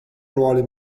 ruoli